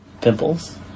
Pimples